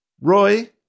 Roy